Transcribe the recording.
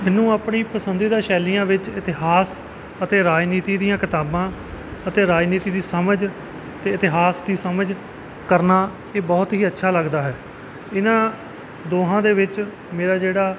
ਮੈਨੂੰ ਆਪਣੀ ਪਸੰਦੀਦਾ ਸ਼ੈਲੀਆਂ ਵਿੱਚ ਇਤਿਹਾਸ ਅਤੇ ਰਾਜਨੀਤੀ ਦੀਆਂ ਕਿਤਾਬਾਂ ਅਤੇ ਰਾਜਨੀਤੀ ਦੀ ਸਮਝ ਅਤੇ ਇਤਿਹਾਸ ਦੀ ਸਮਝ ਕਰਨਾ ਇਹ ਬਹੁਤ ਹੀ ਅੱਛਾ ਲੱਗਦਾ ਹੈ ਇਹਨਾਂ ਦੋਹਾਂ ਦੇ ਵਿੱਚ ਮੇਰਾ ਜਿਹੜਾ